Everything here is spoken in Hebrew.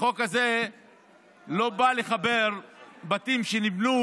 החוק הזה לא בא לחבר בתים שנבנו